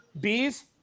bees